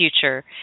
future